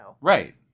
Right